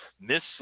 Miss